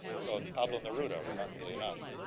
so pablo neruda, remarkably enough.